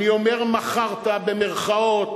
אני אומר מכרת במירכאות,